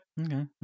Okay